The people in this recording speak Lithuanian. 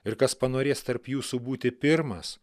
ir kas panorės tarp jūsų būti pirmas